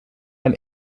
ein